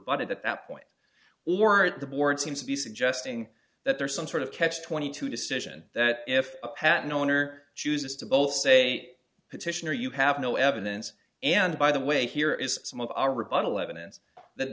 it at that point or at the board seems to be suggesting that there is some sort of catch twenty two decision that if a patent owner chooses to both say petitioner you have no evidence and by the way here is some of